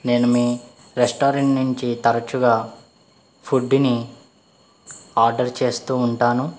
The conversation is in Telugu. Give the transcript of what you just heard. నేను మీ రెస్టారెంట్ నుంచి తరచుగా ఫుడ్నీ ఆర్డర్ చేస్తు ఉంటాను